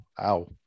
ow